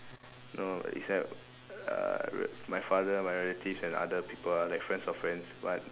no it's like uh my father my relatives and other people are like friends of friends but